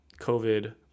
covid